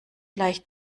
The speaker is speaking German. gleich